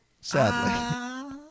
Sadly